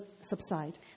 subside